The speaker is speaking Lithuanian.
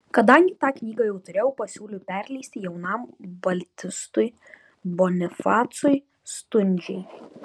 kadangi tą knygą jau turėjau pasiūliau perleisti jaunam baltistui bonifacui stundžiai